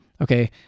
Okay